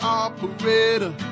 operator